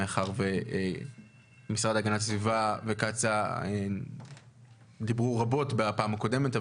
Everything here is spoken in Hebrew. מאחר והמשרד להגנת הסביבה וקצא"א דיברו רבות בפעם הקודמת,